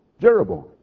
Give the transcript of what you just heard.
Jeroboam